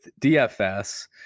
DFS